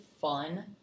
fun